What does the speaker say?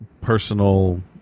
personal